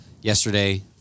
yesterday